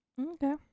Okay